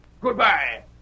goodbye